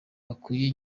bakwiriye